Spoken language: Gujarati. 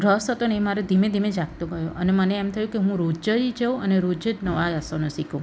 રસ હતો ને એ મારે ધીમે ધીમે જગતો ગયો અને મને એમ થયું કે હું રોજે જાઉં અને રોજ જ નવા આસનો શીખું